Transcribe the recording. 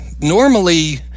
normally